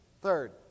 Third